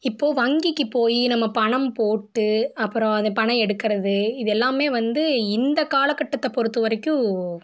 இப்போது வங்கிக்கு போய் நம்ம பணம் போட்டு அப்புறம் அந்த பணம் எடுக்கிறது இது எல்லாமே வந்து இந்த காலக்கட்டத்தை பொறுத்தவரைக்கும்